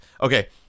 Okay